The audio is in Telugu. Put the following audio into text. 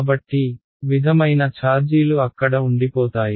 కాబట్టి విధమైన ఛార్జీలు అక్కడ ఉండిపోతాయి